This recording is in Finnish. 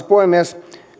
puhemies